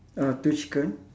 ah two chicken